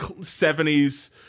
seventies